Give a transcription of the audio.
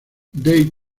dave